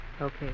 Okay